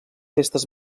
festes